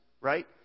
right